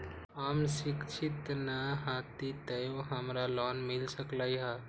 हम शिक्षित न हाति तयो हमरा लोन मिल सकलई ह?